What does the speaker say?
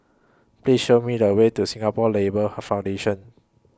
Please Show Me The Way to Singapore Labour Foundation